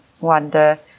wonder